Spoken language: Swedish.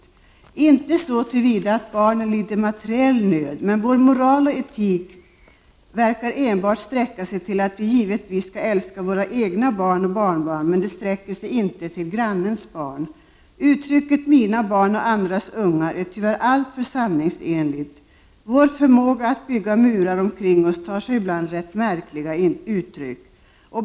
Visserligen lider inte barnen materiell nöd, men vår moral och etik verkar enbart sträcka sig till att omfatta att vi skall älska våra egna barn och barnbarn, men inte grannens barn. Uttrycket ”mina barn och andras ungar” är tyvärr alltför sanningsenligt. Vår förmåga att bygga murar omkring oss tar sig ibland rätt märkliga uttryck.